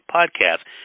Podcast